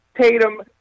Tatum